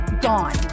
gone